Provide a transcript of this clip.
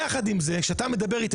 יחד עם זה כשאתה מדבר איתי,